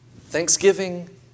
thanksgiving